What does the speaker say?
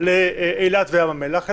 אילת וים המלח,